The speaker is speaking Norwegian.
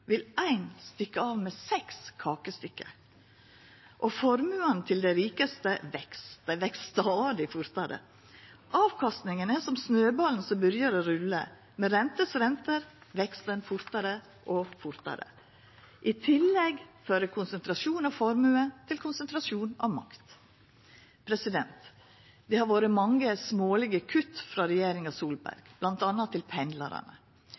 vil ein stikka av med seks kakestykke. Formuane til dei rikaste veks. Dei veks stadig fortare. Avkastninga er som snøballen som byrjar å rulla. Med rentesrente veks han fortare og fortare. I tillegg fører konsentrasjon av formue til konsentrasjon av makt. Det har vore mange smålege kutt frå regjeringa Solberg, bl.a. for pendlarane.